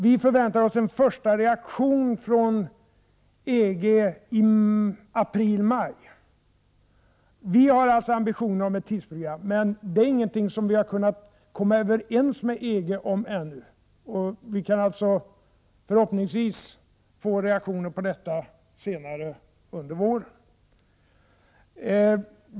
Vi förväntar oss en första reaktion från EG i april-maj. Vi har alltså ambitionen att ha ett tidsprogram, men det är inte något som vi ännu kunnat komma överens med EG om. Vi kan förhoppningsvis få reaktioner på detta senare under våren.